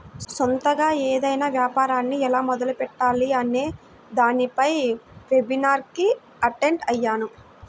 సొంతగా ఏదైనా యాపారాన్ని ఎలా మొదలుపెట్టాలి అనే దానిపై వెబినార్ కి అటెండ్ అయ్యాను